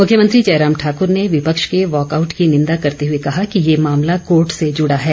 मुख्यमंत्री जयराम ठाकूर ने विपक्ष के वाकआउट की निंदा करते हुए कहा कि यह मामला कोर्ट से जुड़ा है